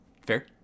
Fair